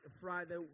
Friday